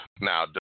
Now